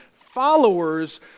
followers